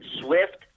Swift